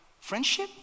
friendship